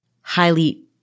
highly